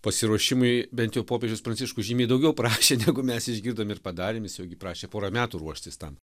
pasiruošimui bent jau popiežius pranciškus žymiai daugiau prašė negu mes išgirdom ir padarėm irgi prašė porą metų ruoštis tam